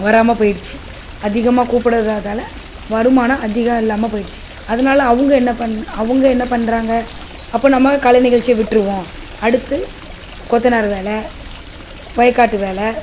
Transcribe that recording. வராமல் போய்டிச்சு அதிகமாக கூப்பிடாததால வருமான அதிகம் இல்லாமல் போய்டிச்சு அதனால அவங்க என்ன அவங்க என்ன பண்ணுறாங்க அப்போது நம்ம கலை நிகழ்ச்சியை விட்டுருவோம் அடுத்து கொத்தனார் வேலை வயக்காட்டு வேலை